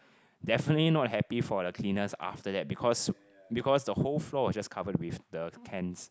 definitely not happy for the cleaners after that because because the whole floor was just covered with the cans